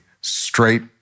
straight